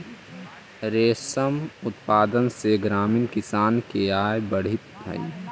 रेशम उत्पादन से ग्रामीण किसान के आय बढ़ित हइ